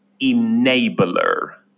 enabler